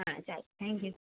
હા ચાલો thank you